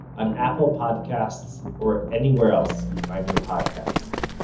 on apple podcasts or anywhere else you find your podcasts